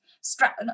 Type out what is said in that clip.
strap